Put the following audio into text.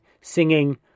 singing